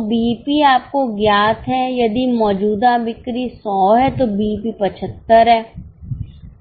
तो बीईपी आपको ज्ञात है यदि मौजूदा बिक्री 100 है तो बीईपी 75 है